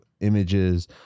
images